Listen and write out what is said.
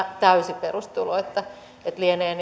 täysi perustulo lienee